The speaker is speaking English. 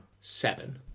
Seven